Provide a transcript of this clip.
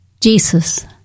Jesus